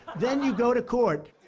then you go to court.